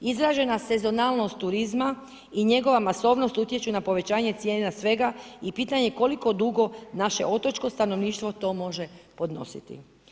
Izražena sezonalnost turizma i njegova masovnost utječu na povećanje cijene na svega i pitanje koliko dugo naše otočko stanovništvo to može podnositi.